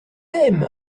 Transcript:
aime